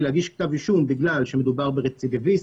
להגיש כתב אישום בגלל שמדובר ברצידיביסט,